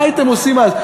מה הייתם עושים אז?